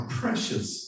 precious